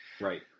Right